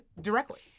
directly